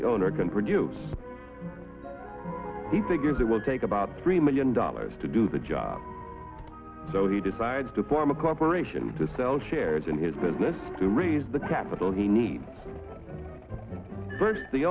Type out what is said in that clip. the owner can produce he figures it will take about three million dollars to do the job so he decides to form a corporation to sell shares in his business to raise the capital he needs first the